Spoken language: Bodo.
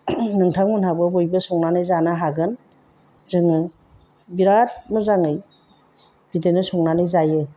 नोंथांमोनहाबो बयबो संनानै जानो हागोन जोङो बिराद मोजाङै बिदिनो संनानै जायो